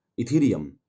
Ethereum